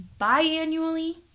biannually